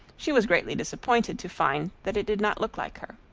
she was greatly disappointed to find that it did not look like her.